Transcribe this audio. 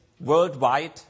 worldwide